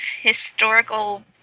historical